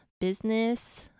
business